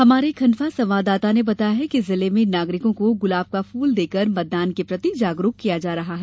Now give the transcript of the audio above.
हमारे खंडवा संवाददाता ने बताया है कि जिले में नागरिकों को गुलाब का फूल देकर मतदान के प्रति जागरूक किया जा रहा है